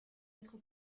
être